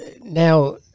now